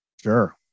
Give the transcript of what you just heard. Sure